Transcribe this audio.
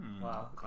Wow